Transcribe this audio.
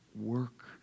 work